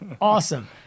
Awesome